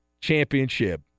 championship